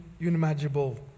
unimaginable